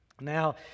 Now